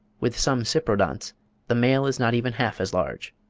with some cyprinodonts the male is not even half as large.